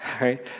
right